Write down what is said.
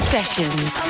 Sessions